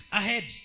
ahead